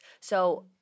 So-